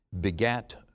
begat